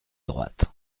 droite